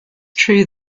true